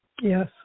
Yes